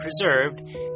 preserved